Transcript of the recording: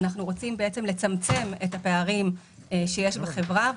אנחנו רוצים בעצם לצמצם את הפערים שיש בחברה.